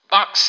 Box